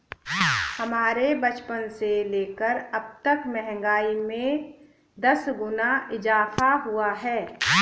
हमारे बचपन से लेकर अबतक महंगाई में दस गुना इजाफा हुआ है